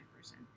person